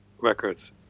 records